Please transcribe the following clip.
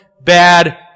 bad